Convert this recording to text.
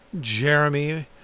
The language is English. Jeremy